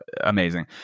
amazing